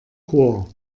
chor